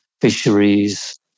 fisheries